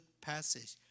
passage